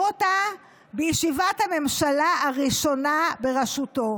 אותה בישיבת הממשלה הראשונה בראשותו.